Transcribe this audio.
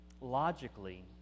logically